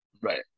Right